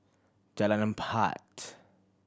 Jalan Empat